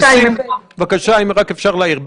אתמול בבקשה, אם רק אפשר להעיר.